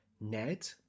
Ned